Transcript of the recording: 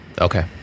Okay